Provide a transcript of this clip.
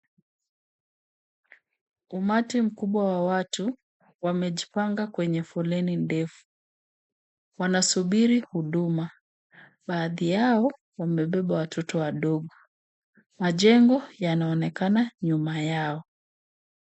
Umati mkubwa wa watu wamejipanga kwenye foleni ndefu, wanasubiri huduma, baadhi yao wamebeba watoto wadogo, majengo yanaonekana nyuma yao.